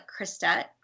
Christette